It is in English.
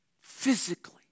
physically